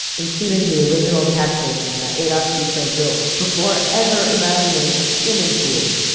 including the original catch basin that adolf sutro built before ever imagining a swimming pool,